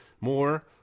more